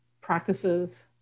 practices